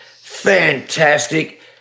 Fantastic